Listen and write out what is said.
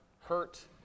hurt